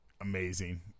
Amazing